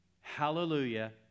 Hallelujah